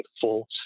full